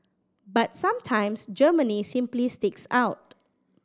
but sometimes Germany simply sticks out